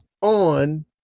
on